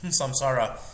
Samsara